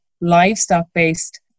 livestock-based